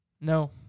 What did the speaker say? No